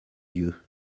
dieu